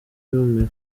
yumiwe